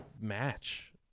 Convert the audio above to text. match